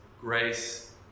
grace